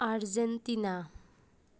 Argentina